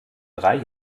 drei